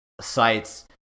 sites